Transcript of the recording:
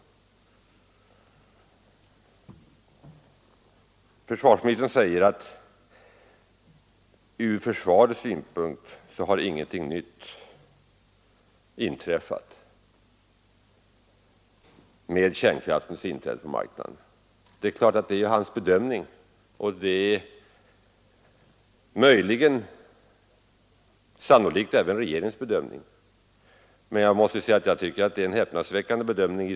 Försvarsministern säger att från försvarets synpunkt har ingenting nytt inträffat med kärnkraftens inträde på marknaden. Det är hans bedömning. Det är möjligt att det även är regeringens bedömning, men i så fall tycker jag att det är en häpnadsväckande bedömning.